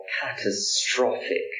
catastrophic